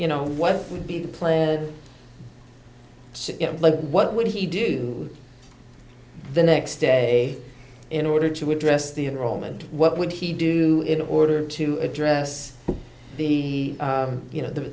you know what would be the player like what would he do the next day in order to address the enrollment what would he do in order to address the you know the